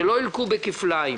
שלא ילקו כפליים.